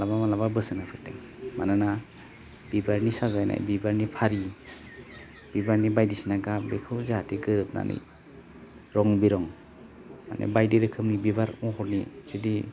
मालाबा मालाबा बोसोन होफेरदों मानोना बिबारनि साजायनाय बिबारनि फारि बिबारनि बायदिसिना गाब बेखौ जाहाथे गोरोबनानै रं बिरं माने बायदि रोखोमनि बिबार महरनि जुदि